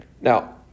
Now